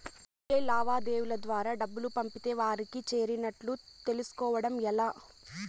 UPI లావాదేవీల ద్వారా డబ్బులు పంపితే వారికి చేరినట్టు తెలుస్కోవడం ఎలా?